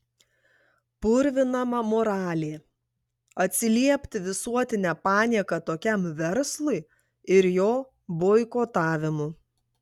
purvinama moralė atsiliepti visuotine panieka tokiam verslui ir jo boikotavimu